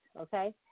okay